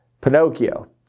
Pinocchio